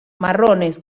marrones